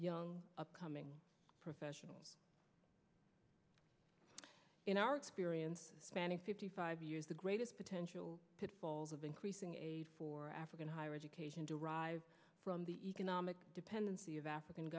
young upcoming professional in our experience spanning fifty five years the greatest potential pitfalls of increasing aid for african higher education derives from the economic dependency of african